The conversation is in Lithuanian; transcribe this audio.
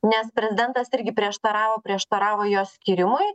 nes prezidentas irgi prieštaravo prieštaravo jos skyrimui